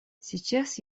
сейчас